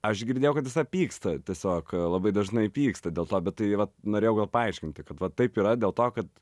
aš girdėjau kad jisai pyksta tiesiog labai dažnai pyksta dėl to bet tai vat norėjau paaiškinti kad va taip yra dėl to kad